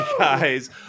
guys